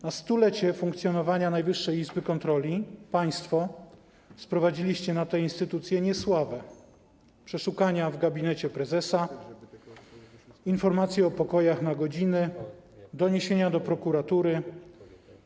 Na stulecie funkcjonowania Najwyższej Izby Kontroli państwo sprowadziliście na tę instytucję niesławę, przeszukania w gabinecie prezesa, informacje o pokojach na godziny, doniesienia do prokuratury.